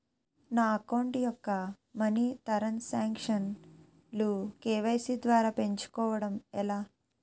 నా అకౌంట్ యెక్క మనీ తరణ్ సాంక్షన్ లు కే.వై.సీ ద్వారా పెంచుకోవడం ఎలా?